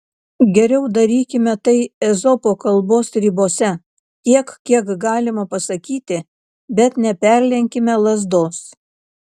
geriau darykime tai ezopo kalbos ribose tiek kiek galima pasakyti bet neperlenkime lazdos